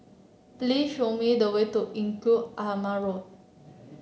please show me the way to Engku Aman Road